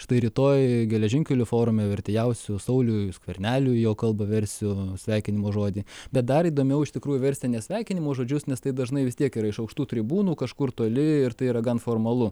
štai rytoj geležinkelių forume vertėjausiu sauliui skverneliui jo kalbą versiu sveikinimo žodį bet dar įdomiau iš tikrųjų versti ne sveikinimo žodžius nes tai dažnai vis tiek yra iš aukštų tribūnų kažkur toli ir tai yra gan formalu